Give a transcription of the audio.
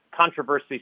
controversy